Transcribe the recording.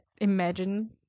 imagine